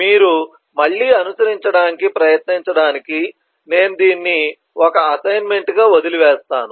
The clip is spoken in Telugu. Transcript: మీరు మళ్ళీ అనుసరించడానికి ప్రయత్నించడానికి నేను దీనిని ఒక అసైన్మెంట్గా వదిలివేస్తాను